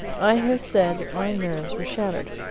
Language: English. i have said that my nerves were shattered.